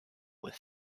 with